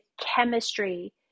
chemistry